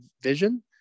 vision